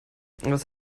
was